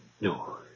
No